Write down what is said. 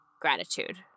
gratitude